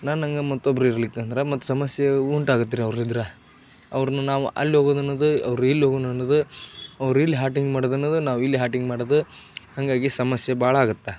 ನನ್ನ ಹಂಗ ಮತ್ತೊಬ್ರು ಇರ್ಲಿಕ್ಕಂದ್ರೆ ಮತ್ತೆ ಸಮಸ್ಯೆ ಉಂಟಾಗತ್ತೆ ರೀ ಅವ್ರು ಇದ್ರೆ ಅವ್ರ್ನ ನಾವು ಅಲ್ಲಿ ಹೋಗೋದು ಅನ್ನೋದು ಅವ್ರು ಇಲ್ಲಿ ಹೋಗೋಣ ಅನ್ನೋದು ಅವ್ರು ಇಲ್ಲಿ ಹಾಟಿಂಗ್ ಮಾಡೋದು ಅನ್ನೋದು ನಾವು ಇಲ್ಲಿ ಹಾಟಿಂಗ್ ಮಾಡೋದು ಹಾಗಾಗಿ ಸಮಸ್ಯೆ ಭಾಳ ಆಗುತ್ತೆ